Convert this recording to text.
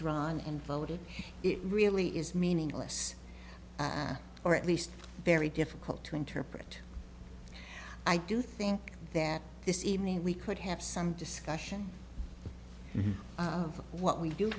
drawn and voted it really is meaningless or at least very difficult to interpret i do think that this evening we could have some discussion of what we